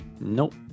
Nope